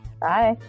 Bye